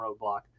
Roadblock